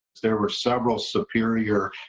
there were several superior